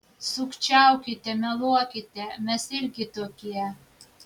sukčiaukite meluokite mes irgi tokie